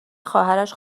خواهرش